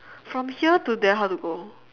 from here to there how to go